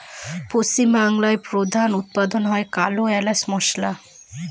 পশ্চিম বাংলায় প্রধান উৎপাদন হয় কালো এলাচ মসলা